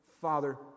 Father